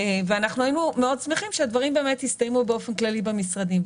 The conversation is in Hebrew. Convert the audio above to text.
ואנחנו היינו מאוד שמחים שהדברים יסתיימו באופן כללי במשרדים.